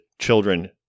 children